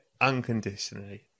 unconditionally